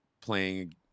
playing